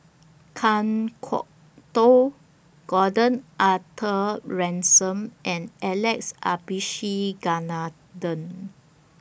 Kan Kwok Toh Gordon Arthur Ransome and Alex Abisheganaden